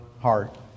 heart